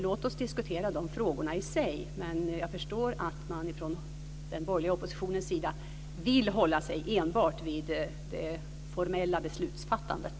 Låt oss diskutera dessa frågor i sig, men jag förstår att man från den borgerliga oppositionens sida enbart vill uppehålla sig vid det formella beslutsfattandet.